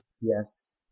Yes